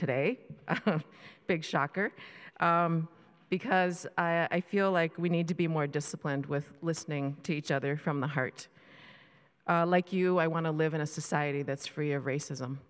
today a big shocker because i feel like we need to be more disciplined with listening to each other from the heart like you i want to live in a society that's free of racism